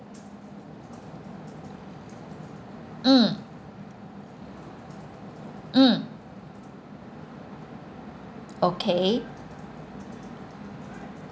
mm mm okay